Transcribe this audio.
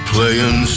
Playing